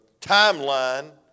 timeline